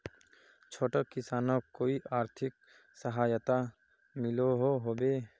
छोटो किसानोक कोई आर्थिक सहायता मिलोहो होबे?